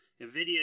NVIDIA